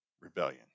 rebellion